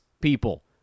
people